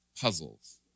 Puzzles